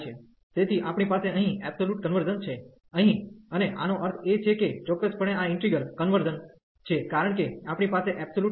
તેથી આપણી પાસે અહીં કન્વર્ઝન છે અહીં અને આનો અર્થ એ છે કે ચોક્કસપણે આ ઈન્ટિગ્રલ કન્વર્ઝન છે કારણ કે આપણી પાસે કન્વર્ઝન છે